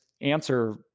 answer